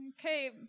Okay